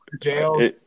jail